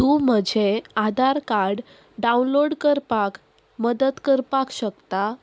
तूं म्हजें Aadhaar card download करपाक मदत करपाक शकता